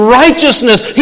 righteousness